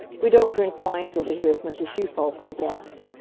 we don't drink wines over here as much as you folk, i guess.